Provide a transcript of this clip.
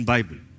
Bible